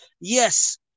Yes